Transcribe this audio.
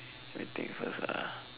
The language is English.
I think first ah